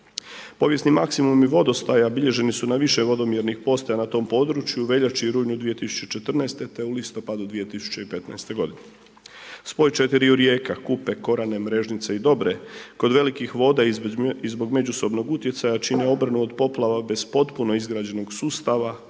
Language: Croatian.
Povijesni maksimumi vodostaja bilježeni su na više vodomjernih postaja na tom području u veljači i rujnu 2014. te u listopadu 2015. godine. Spoj četiriju rijeka Kupe, Korane, Mrežnice i Dobre kod velikih voda iz zbog međusobnog utjecaja čine obranu od poplava bez potpuno izgrađenog sustava